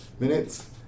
minutes